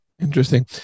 Interesting